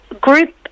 group